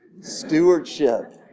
Stewardship